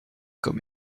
comme